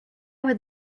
would